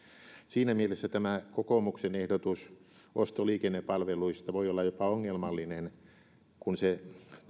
siinä mielessä tämä kokoomuksen ehdotus ostoliikennepalveluista voi olla jopa ongelmallinen kun se